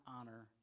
honor